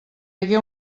hagué